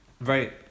Right